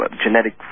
genetic